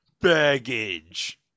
baggage